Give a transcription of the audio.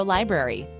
Library